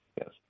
yes